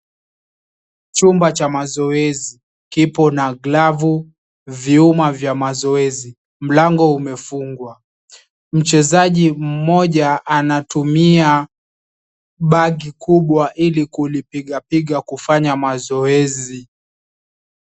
Chumba cha mazoezi kipo na glavu, vyuma vya mazoezi. Mlango umefungwa, mchezaji mmoja anatumia bagi kubwa ili kulipiga piga kufanya mazoezi.